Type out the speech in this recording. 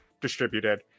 distributed